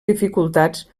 dificultats